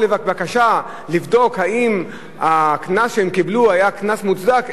או להגיש בקשה לבדוק אם הקנס שהם קיבלו היה קנס מוצדק,